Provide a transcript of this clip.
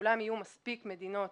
אולם יהיו מספיק מדינות